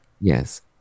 Yes